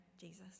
Jesus